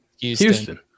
Houston